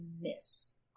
miss